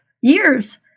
Years